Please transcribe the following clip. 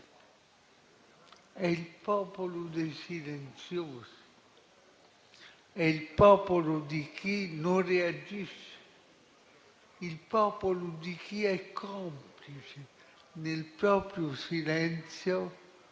è il popolo dei silenziosi, il popolo di chi non reagisce, il popolo di chi è complice, nel proprio silenzio,